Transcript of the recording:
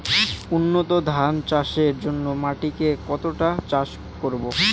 উন্নত ধান চাষের জন্য মাটিকে কতটা চাষ করব?